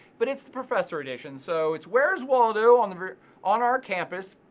but it's professor edition, so it's where's waldo on on our campus,